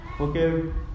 okay